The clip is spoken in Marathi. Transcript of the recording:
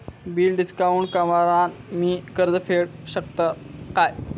बिल डिस्काउंट करान मी कर्ज फेडा शकताय काय?